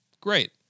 Great